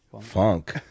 funk